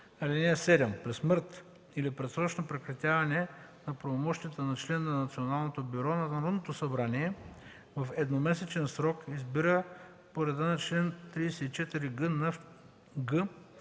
(7) При смърт или предсрочно прекратяване на правомощията на член на Националното бюро Народното събрание в едномесечен срок избира по реда на чл. 34г нов